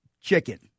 chicken